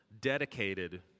dedicated